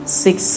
six